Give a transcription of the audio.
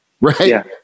Right